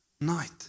night